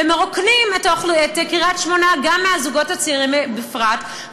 ומרוקנים את קריית שמונה גם מהזוגות הצעירים בפרט,